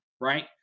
right